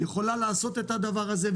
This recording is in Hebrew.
היא יכולה לעשות את הדבר הזה.